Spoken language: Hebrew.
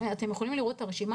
צ'כיה